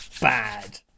Bad